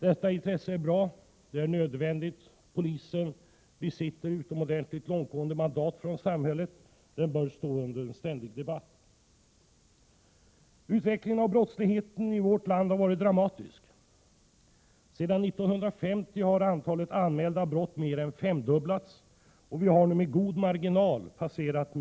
Detta intresse är bra och nödvändigt — polisen besitter utomordentligt långtgående mandat från samhället och bör stå under ständig debatt. Utvecklingen av brottsligheten i vårt land har varit dramatisk. Sedan 1950 har antalet anmälda brott mer än femdubblats, och miljongränsen har nu med god marginal passerats.